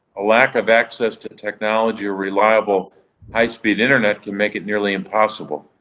a lack of access to technology or reliable high speed internet can make it nearly impossible.